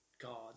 God